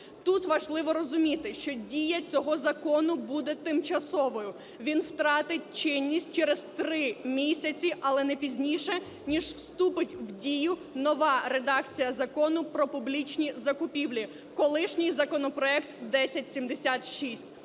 Тут важливо розуміти, що дія цього закону буде тимчасовою. Він втратить чинність через 3 місяці, але не пізніше ніж вступить в дію нова редакція Закону "Про публічні закупівлі" (колишній законопроект 1076).